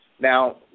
Now